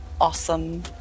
Awesome